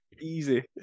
Easy